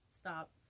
Stop